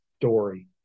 story